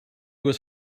was